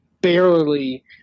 barely